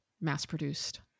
mass-produced